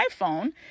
iPhone